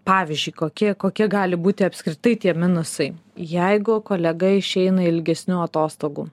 pavyzdžiui kokie kokie gali būti apskritai tie minusai jeigu kolega išeina ilgesnių atostogų